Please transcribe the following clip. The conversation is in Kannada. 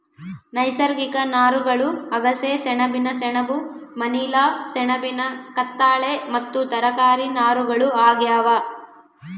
ನೈಸರ್ಗಿಕ ನಾರುಗಳು ಅಗಸೆ ಸೆಣಬಿನ ಸೆಣಬು ಮನಿಲಾ ಸೆಣಬಿನ ಕತ್ತಾಳೆ ಮತ್ತು ತರಕಾರಿ ನಾರುಗಳು ಆಗ್ಯಾವ